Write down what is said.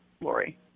Lori